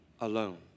alone